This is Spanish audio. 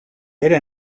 era